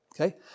Okay